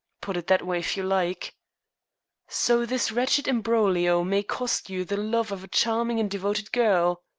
put it that way if you like so this wretched imbroglio may cost you the love of a charming and devoted girl?